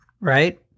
Right